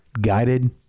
guided